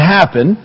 happen